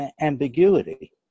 ambiguity